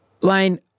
Lane